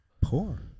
poor